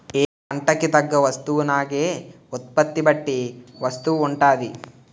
ఏ పంటకు తగ్గ వస్తువునాగే ఉత్పత్తి బట్టి వస్తువు ఉంటాది